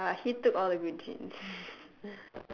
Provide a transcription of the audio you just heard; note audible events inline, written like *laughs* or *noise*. ya he took all the good genes *laughs*